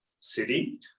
city